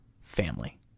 family